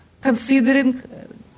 considering